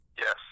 Yes